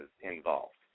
involved